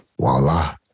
Voila